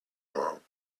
wrong